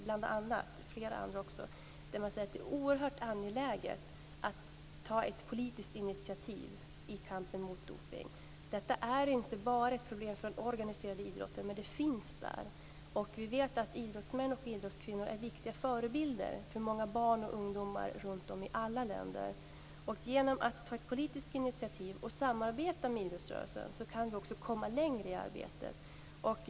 Man sade att det är oerhört angeläget att ta ett politiskt initiativ i kampen mot dopning. Detta är inte bara ett problem för den organiserade idrotten, men det finns där. Vi vet att idrottsmän och idrottskvinnor är viktiga förebilder för många barn och ungdomar runt om i alla länder. Genom att ta ett politiskt initiativ till samarbete med idrottsrörelsen kan vi också komma längre i arbetet.